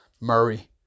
Murray